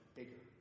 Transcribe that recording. bigger